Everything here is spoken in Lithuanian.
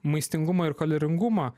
maistingumą ir kaloringumą